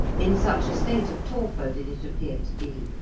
in such a state of torpor did it appear to be.